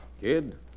Kid